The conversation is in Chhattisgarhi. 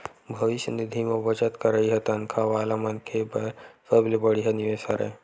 भविस्य निधि म बचत करई ह तनखा वाला मनखे बर सबले बड़िहा निवेस हरय